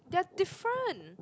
they're different